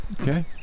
Okay